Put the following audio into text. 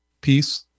peace